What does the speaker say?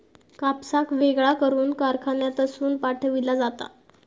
कापसाक वेगळा करून कारखान्यातसून पाठविला जाता